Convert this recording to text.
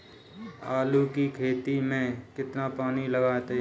आलू की खेती में कितना पानी लगाते हैं?